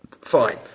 Fine